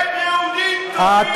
לייצג אותם, הם יהודים טובים, אתה,